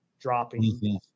dropping